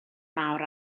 mawr